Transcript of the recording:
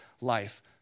life